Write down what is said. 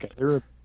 Okay